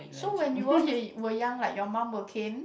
so when you all were young like your mum will cane